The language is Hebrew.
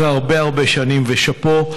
שאחרי הרבה הרבה שנים, שאפו,